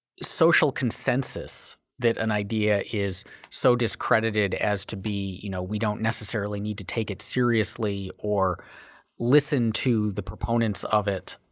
social consensus that an idea is so discredited as to be you know we don't necessarily have to take it seriously or listen to the proponents of it